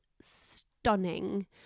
stunning